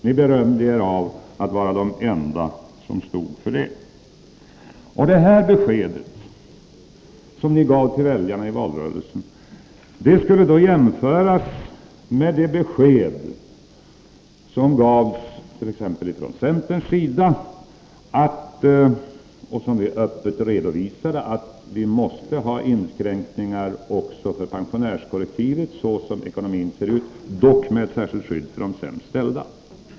Ni berömde er av att vara de enda som stod för det här beskedet som ni gav till väljarna i valrörelsen. Det skulle då jämföras med det besked som gavs t.ex. från centerns sida, där vi öppet redovisade att det måste ske inskränkningar också för pensionärskollektivet såsom ekonomin ser ut, dock med särskilt skydd för de sämst ställda.